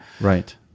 Right